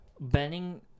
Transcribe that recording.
banning